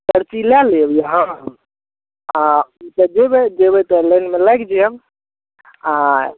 पर्ची लए लेब अहाँ आ जब जेबै जैबै तऽ लाइनमे लागि जाएब आ